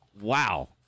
wow